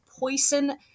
Poison